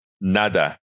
nada